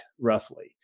roughly